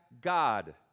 God